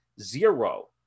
zero